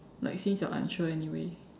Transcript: like since you're unsure anyway